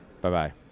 Bye-bye